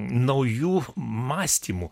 naujų mąstymų